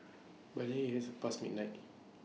by then IT has past midnight